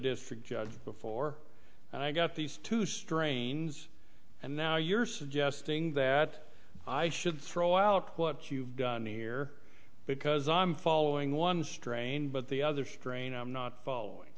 district judge before i got these two strains and now you're suggesting that i should throw out what you've done here because i'm following one strain but the other strain i'm not following